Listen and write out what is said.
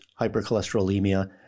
hypercholesterolemia